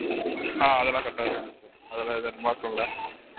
ஆ அதெலாம் கரெக்டாக வருங்க சார் அதெலாம் இல்லை